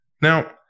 Now